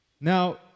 Now